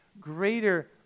greater